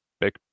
back